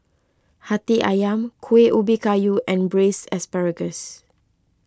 Hati Ayam Kuih Ubi Kayu and Braised Asparagus